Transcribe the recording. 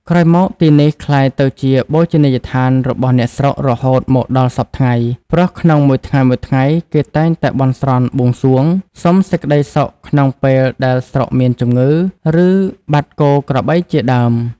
ក្រោយមក ទីនេះក្លាយទៅជាបូជនីយដ្ឋានរបស់អ្នកស្រុករហូតមកដល់សព្វថ្ងៃ ព្រោះក្នុងមួយថ្ងៃៗ គេតែងតែបន់ស្រន់ បួងសួង សុំសេចក្ដីក្នុងពេលដែលស្រុកមានជំងឺ ឬ បាត់គោក្របីជាដើម ។